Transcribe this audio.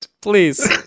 Please